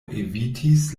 evitis